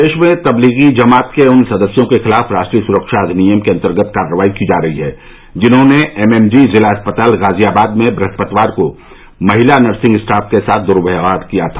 प्रदेश में तब्लीगी जमात के उन सदस्यों के खिलाफ राष्ट्रीय सुरक्षा अधिनियम के अंतर्गत कार्रवाई की जा रही है जिन्होंने एमएमजी जिला अस्पताल गाजियाबाद में ब्रहस्पतिवार को महिला नर्सिंग स्टाफ के साथ दुर्व्यहार किया था